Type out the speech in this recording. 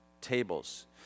tables